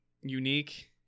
unique